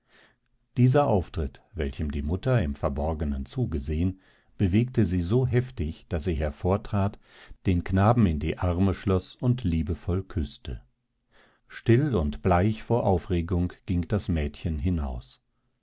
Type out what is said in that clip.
dieser auftritt welchem die mutter im verborgenen zugesehen bewegte sie so heftig daß sie hervortrat den knaben in die arme schloß und liebevoll küßte still und bleich vor aufregung ging das mädchen hinaus